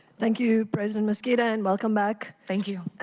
thank you, president mosqueda. and welcome back. thank you.